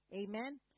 Amen